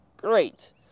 Great